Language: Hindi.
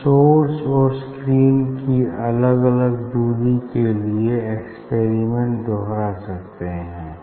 हम सोर्स और स्क्रीन की अलग अलग दूरी के लिए एक्सपेरिमेंट दोहरा सकते हैं